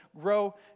grow